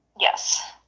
Yes